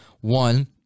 One